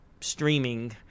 streaming